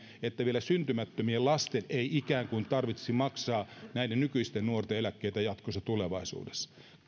niin että vielä syntymättömien lasten ei ikään kuin tarvitsisi maksaa näiden nykyisten nuorten eläkkeitä jatkossa tulevaisuudessa